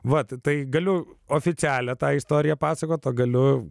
vat tai galiu oficialią tą istoriją pasakotą galiu